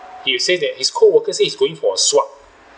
he say that his co-worker say he's going for a swab